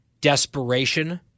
desperation